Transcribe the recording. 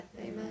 Amen